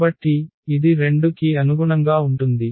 కాబట్టి ఇది 2 కి అనుగుణంగా ఉంటుంది